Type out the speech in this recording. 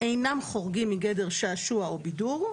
אינם חורגים מגדר שעשוע או בידור,